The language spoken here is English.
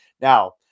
Now